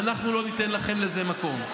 ואנחנו לא ניתן לכם לזה מקום.